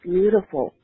Beautiful